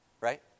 Right